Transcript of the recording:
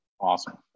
Awesome